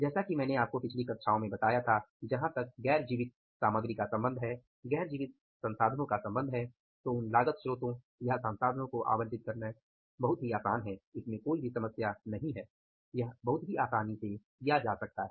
जैसा कि मैंने आपको पिछली कक्षाओं में बताया था कि जहाँ तक गैर जीवित सामग्री का संबंध है गैर जीवित संसाधनों का संबंध है उन लागत स्रोतों या संसाधनों को आवंटित करना कोईभी समस्या नहीं है यह आसानी से किया जा सकता है